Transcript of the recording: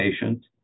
patient